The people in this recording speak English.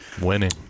winning